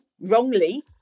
wrongly